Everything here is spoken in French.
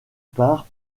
part